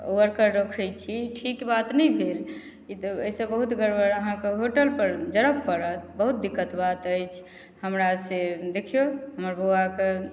worker रखैत छी ठीक बात नहि भेल ई तऽ एहिसँ बहुत गड़बड़ अहाँके होटलपर जड़भ पड़त बहुत दिक्कत बात अछि हमरा से देखियौ हमर बउआके